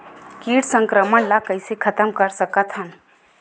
कीट संक्रमण ला कइसे खतम कर सकथन?